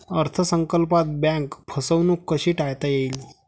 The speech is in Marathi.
अर्थ संकल्पात बँक फसवणूक कशी टाळता येईल?